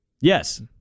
Yes